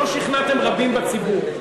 לא שכנעתם רבים בציבור.